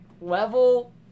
level